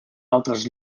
altres